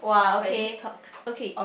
by this talk okay